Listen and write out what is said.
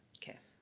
okay,